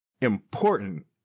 important